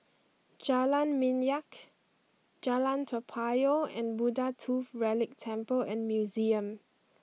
Jalan Minyak Jalan Toa Payoh and Buddha Tooth Relic Temple and Museum